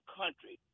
country